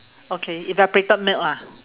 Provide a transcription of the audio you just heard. okay evaporated milk lah